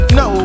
no